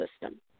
system